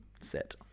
set